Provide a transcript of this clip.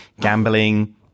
gambling